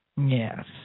Yes